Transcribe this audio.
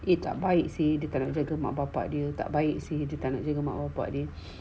eh tak baik say dia tak nak jaga mak bapa dia tak baik say tak nak jaga mak bapa dia